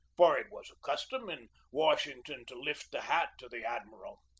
for it was a custom in washington to lift the hat to the admiral.